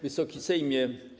Wysoki Sejmie!